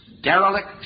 derelict